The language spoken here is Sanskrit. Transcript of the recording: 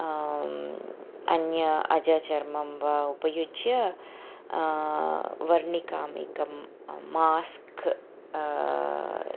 अन्य अजचर्मं वा उपयुज्य वर्णिकामिकं मास्क्